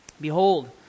Behold